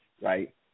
right